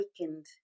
awakened